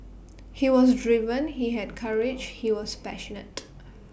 he was driven he had courage he was passionate